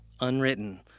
Unwritten